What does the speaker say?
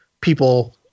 people